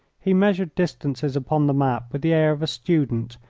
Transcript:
he measured distances upon the map with the air of a student,